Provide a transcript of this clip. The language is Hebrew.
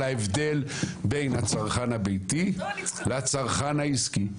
על ההבדל בין הצרכן הביתי לצרכן העסקי,